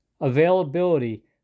Availability